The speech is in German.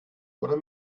oder